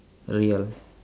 real